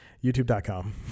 YouTube.com